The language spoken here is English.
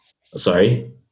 Sorry